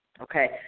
okay